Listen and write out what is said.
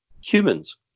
humans